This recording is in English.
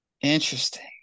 interesting